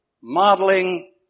modeling